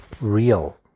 real